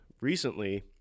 Recently